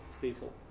people